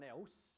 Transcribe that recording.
else